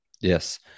Yes